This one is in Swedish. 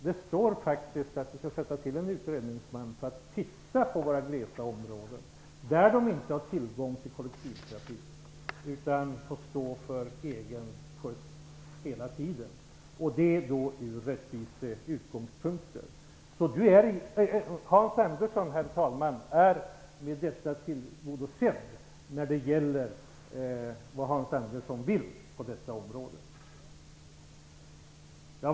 Det står faktiskt att man skall tillsätta en utredningsman för att ur rättvisesynpunkt titta på våra glesa områden, där man inte har tillgång till kollektivtrafik utan får stå för egen skjuts hela tiden. Hans Andersson är med detta tillgodosedd när det gäller vad Hans Andersson vill på detta område.